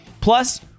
Plus